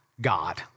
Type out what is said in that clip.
God